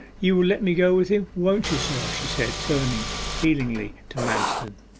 you will let me go with him, won't you, sir she said, turning appealingly to manston.